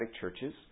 churches